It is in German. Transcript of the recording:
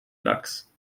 lachs